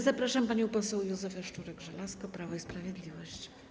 Zapraszam panią poseł Józefę Szczurek-Żelazko, Prawo i Sprawiedliwość.